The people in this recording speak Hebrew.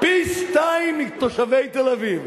פי-שניים מתושבי תל-אביב.